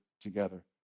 together